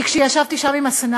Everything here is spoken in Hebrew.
כי כשישבתי שם עם הסנטורים